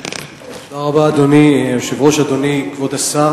אדוני היושב-ראש, תודה